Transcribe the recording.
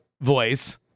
voice